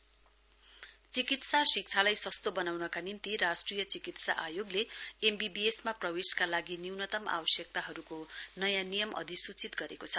NMC चिकित्सा शिक्षालाई सस्तो बनाउनका निम्ति राष्ट्रिय चिकित्सा आयोगले एमबीबीएसमा प्रवेशका लागि न्यूनतम आवश्यकताहरूको नयाँ नियम अधिसूचित गरेको छ